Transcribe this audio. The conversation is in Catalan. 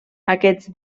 aquests